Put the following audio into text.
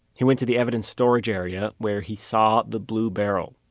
he went to the evidence storage area, where he saw the blue barrel,